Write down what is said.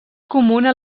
comuna